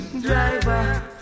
Driver